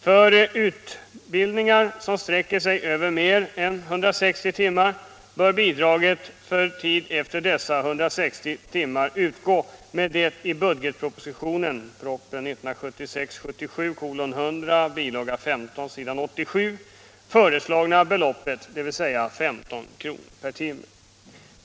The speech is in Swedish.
För utbildningar som sträcker sig över mer än 160 timmar bör bidraget för tid efter dessa 160 timmar utgå med det i budgetpropositionen föreslagna beloppet dvs. 15 kr. per timme.